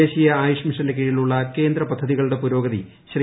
ദേശീയ ആയുഷ്മിഷന്റെ കീഴിലുള്ള കേന്ദ്ര പദ്ധതികളുടെ പുരോഗതി ശ്രീ